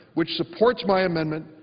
which supports my amendment,